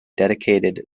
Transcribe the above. dedicated